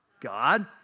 God